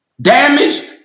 damaged